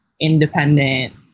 independent